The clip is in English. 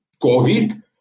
COVID